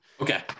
Okay